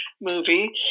movie